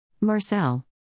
Marcel